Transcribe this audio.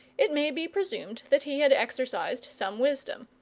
it may be presumed that he had exercised some wisdom.